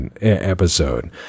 episode